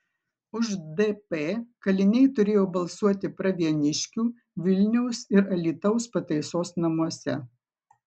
už dp kaliniai turėjo balsuoti pravieniškių vilniaus ir alytaus pataisos namuose